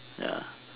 ya